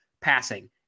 passing